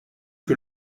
que